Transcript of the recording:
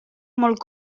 molt